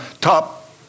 top